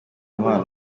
umubano